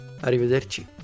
arrivederci